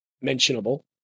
mentionable